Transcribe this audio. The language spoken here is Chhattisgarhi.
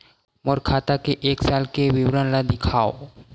मोर खाता के एक साल के विवरण ल दिखाव?